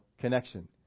connection